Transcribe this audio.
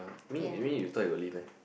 mean you mean you type your leave meh